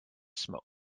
smoke